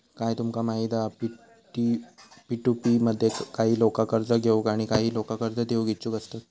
काय तुमका माहित हा पी.टू.पी मध्ये काही लोका कर्ज घेऊक आणि काही लोका कर्ज देऊक इच्छुक असतत